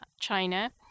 China